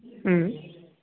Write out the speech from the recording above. ಹ್ಞೂ